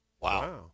Wow